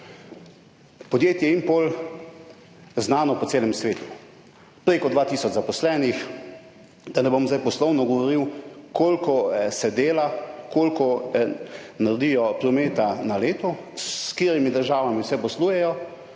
Podjetje Impol, znano po celem svetu, prek 2 tisoč zaposlenih, da ne bom zdaj poslovno govoril, koliko se dela, koliko naredijo prometa na leto, s katerimi državami vse poslujejo.